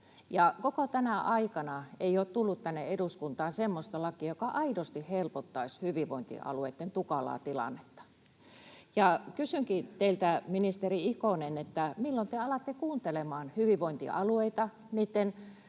koko tänä aikana ei ole tullut tänne eduskuntaan semmoista lakia, joka aidosti helpottaisi hyvinvointialueitten tukalaa tilannetta. Kysynkin teiltä, ministeri Ikonen: Milloin te alatte kuuntelemaan hyvinvointialueita, niitten